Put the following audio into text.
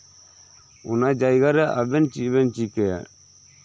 ᱚᱱᱟ ᱡᱟᱭᱜᱟ ᱨᱮ ᱟᱵᱮᱱ ᱪᱮᱫ ᱵᱮᱱ ᱪᱤᱠᱟᱹᱭᱟ